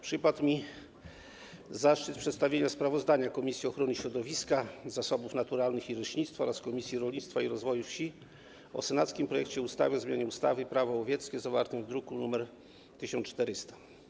Przypadł mi zaszczyt przedstawienia sprawozdania Komisji Ochrony Środowiska, Zasobów Naturalnych i Leśnictwa oraz Komisji Rolnictwa i Rozwoju Wsi o senackim projekcie ustawy o zmianie ustawy - Prawo łowieckie, druk nr 1400.